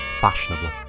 fashionable